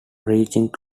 reaching